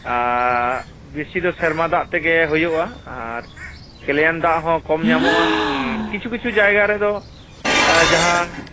ᱟᱨ ᱵᱤᱥᱤ ᱫᱚ ᱥᱮᱨᱢᱟ ᱫᱟᱜ ᱛᱮᱜᱮ ᱦᱩᱭᱩᱜᱼᱟ ᱟᱨ ᱠᱮᱱᱮᱞ ᱫᱟᱜ ᱦᱚᱸ ᱠᱚᱢ ᱧᱟᱢᱚᱜᱼᱟ ᱟᱨ ᱠᱤᱪᱷᱩ ᱠᱤᱪᱷᱩ ᱡᱟᱭᱜᱟ ᱨᱮᱫᱚ ᱡᱟᱦᱟᱸ